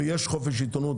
ויש חופש עיתונות,